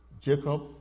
Jacob